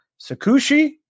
Sakushi